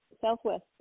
southwest